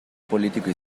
político